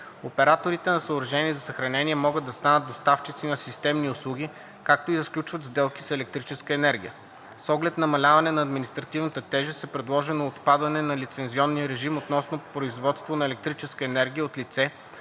Операторите на съоръжения за съхранение могат да станат доставчици на системни услуги, както и да сключват сделки с електрическа енергия. С оглед намаляване на административната тежест е предложено отпадане на лицензионния режим относно производство на електрическа енергия от лице,